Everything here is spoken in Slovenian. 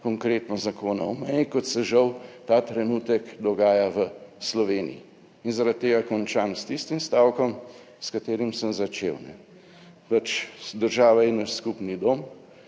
konkretno Zakona o meji, kot se žal ta trenutek dogaja v Sloveniji. In zaradi tega končam s tistim stavkom s katerim sem začel. Pač država je naš skupni dom